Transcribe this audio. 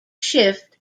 shift